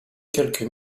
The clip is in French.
quelques